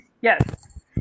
Yes